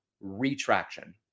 retraction